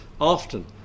often